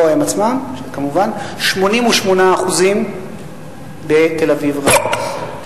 לא הם עצמם כמובן 88% בתל-אביב רבתי,